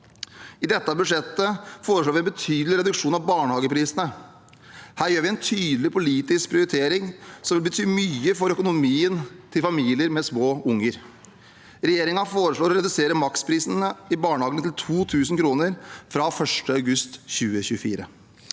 I dette budsjettet foreslår vi en betydelig reduksjon av barnehageprisene. Her gjør vi en tydelig politisk prioritering som vil bety mye for økonomien til familier med små unger. Regjeringen foreslår å redusere maksprisen i barnehagen til 2 000 kr fra 1. august 2024.